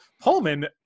Pullman